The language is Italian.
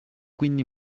quindi